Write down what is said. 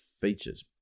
features